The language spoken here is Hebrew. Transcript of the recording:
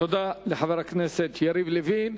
תודה לחבר הכנסת יריב לוין.